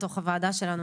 בתוך הוועדה שלנו,